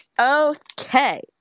Okay